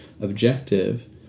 objective